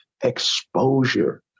exposure